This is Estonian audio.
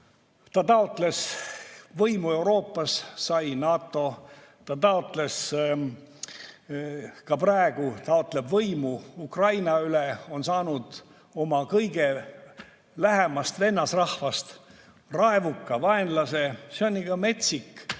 Ta taotles võimu Euroopas, sai NATO. Ta taotles ja ka praegu taotleb võimu Ukraina üle, aga on saanud oma kõige lähemast vennasrahvast raevuka vaenlase. See on ikka metsik